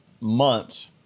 months